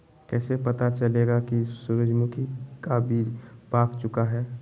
कैसे पता चलेगा की सूरजमुखी का बिज पाक चूका है?